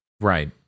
Right